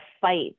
fight